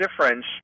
difference